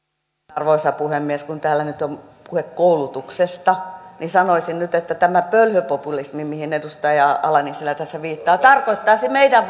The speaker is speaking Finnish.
arvoisa puhemies kun täällä nyt on puhe koulutuksesta niin sanoisin nyt että tämä pölhöpopulismi mihin edustaja ala nissilä tässä viittaa tarkoittaisi meidän